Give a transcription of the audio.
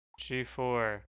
G4